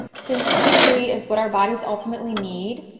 since t three is what our bodies ultimately need,